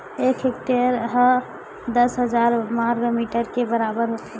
एक हेक्टेअर हा दस हजार वर्ग मीटर के बराबर होथे